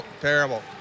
terrible